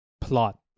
plot